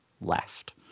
left